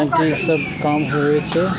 Bank के की सब काम होवे छे?